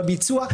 בביצוע.